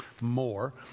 more